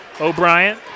O'Brien